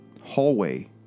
hallway